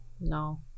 no